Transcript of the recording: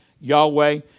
Yahweh